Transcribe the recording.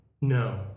No